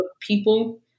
people